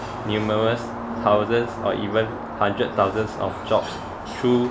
numerous thousands or even hundreds thousands of jobs through